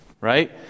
Right